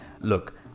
look